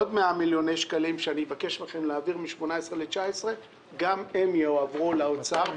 -- שאני אבקש מכם להעביר משנת 2018 ל-2019 וגם הם יועברו לאוצר.